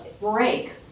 break